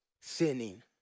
sinning